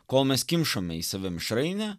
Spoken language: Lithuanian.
kol mes kimšome į save mišrainę